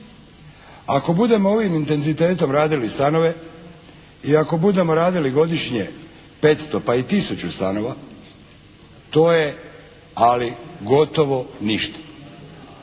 Ako budemo ovim intenzitetom radili stanove i ako budemo radili godišnje 500 pa i tisuću stanova, to je ali gotovo ništa.